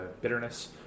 bitterness